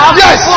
yes